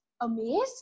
amazed